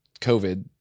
covid